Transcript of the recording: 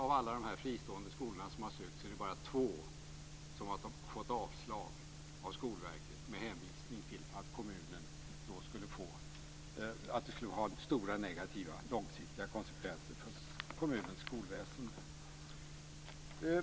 Av alla de fristående skolor som har lämnat in ansökningar är det bara två som har fått avslag av Skolverket med hänvisning till att ett bifall skulle ha fått stora negativa långsiktiga konsekvenser för kommunens skolväsende.